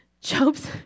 Job's